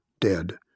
dead